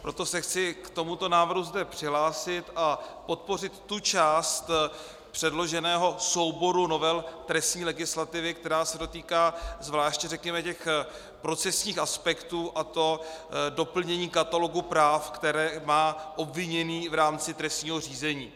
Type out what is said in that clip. Proto se chci k tomuto návrhu zde přihlásit a podpořit tu část předloženého souboru novel trestní legislativy, která se dotýká zvláště, řekněme, těch procesních aspektů, a to doplnění katalogu práv, která má obviněný v rámci trestního řízení.